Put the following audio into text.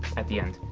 at the end.